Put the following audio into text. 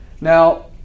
Now